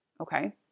Okay